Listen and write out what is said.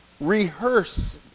rehearse